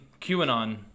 QAnon